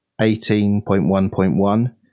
18.1.1